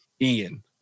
Ian